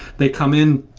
they come in,